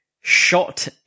shot